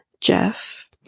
Jeff